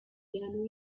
llano